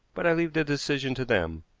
but i leave the decision to them.